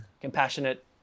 compassionate